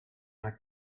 haar